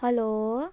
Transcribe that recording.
hello